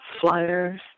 flyers